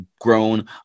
grown